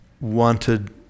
wanted